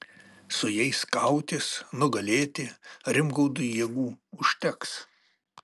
su jais kautis nugalėti rimgaudui jėgų užteks